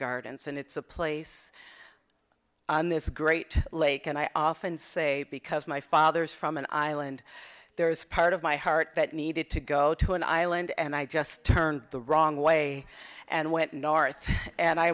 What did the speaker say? gardens and it's a place in this great lake and i often say because my father's from an island there is part of my heart that needed to go to an island and i just turned the wrong way and